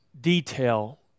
detail